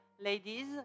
ladies